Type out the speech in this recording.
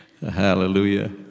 Hallelujah